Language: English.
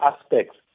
aspects